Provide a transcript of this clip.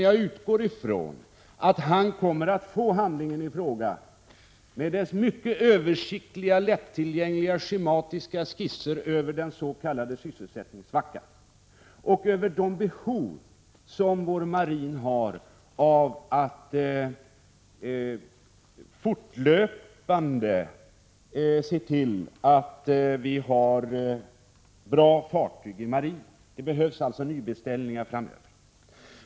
Jag utgår från att försvarsministern kommer att få handlingen i fråga, med dess mycket översiktliga, lätttillgängliga och schematiska skisser över den s.k. sysselsättningssvackan och över de behov som vår marin har när det gäller fortlöpande förnyelse av bra fartyg i marinen. Det behövs alltså många nybeställningar framöver.